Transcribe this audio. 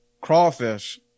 crawfish